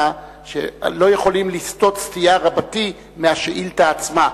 שלא יכולים לסטות סטייה רבתי מהשאילתא עצמה,